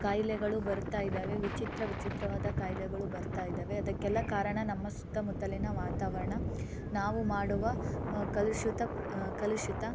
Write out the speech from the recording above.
ಕಾಯಿಲೆಗಳು ಬರ್ತಾ ಇದ್ದಾವೆ ವಿಚಿತ್ರ ವಿಚಿತ್ರವಾದ ಕಾಯಿಲೆಗಳು ಬರ್ತಾ ಇದ್ದಾವೆ ಅದಕ್ಕೆಲ್ಲ ಕಾರಣ ನಮ್ಮ ಸುತ್ತಮುತ್ತಲಿನ ವಾತಾವರಣ ನಾವು ಮಾಡುವ ಕಲುಶುತ ಕಲುಷಿತ